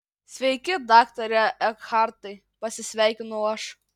sveiki daktare ekhartai pasisveikinau aš